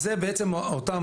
זה בעצם אותם